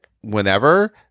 whenever